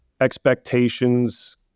expectations